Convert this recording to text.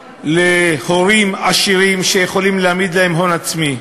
הורים עשירים שיכולים להעמיד להם הון עצמי,